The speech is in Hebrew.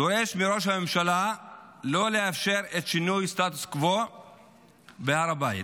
אני דורש מראש הממשלה לא לאשר את שינוי הסטטוס קוו בהר הבית.